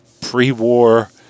pre-war